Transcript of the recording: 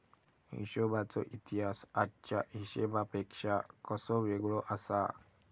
हिशोबाचो इतिहास आजच्या हिशेबापेक्षा कसो वेगळो आसा?